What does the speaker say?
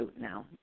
now